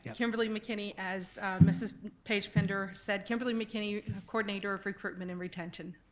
kimberly mckinney, as mrs paige-pender said. kimberly mckinney coordinator of recruitment and retention.